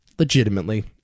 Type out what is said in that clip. legitimately